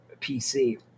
PC